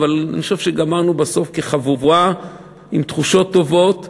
אני חושב שגמרנו בסוף כחבורה עם תחושות טובות,